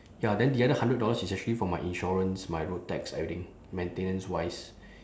ya then the other hundred dollars is actually for my insurance my road tax everything maintenance wise